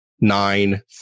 nine